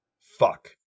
Fuck